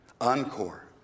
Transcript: Encore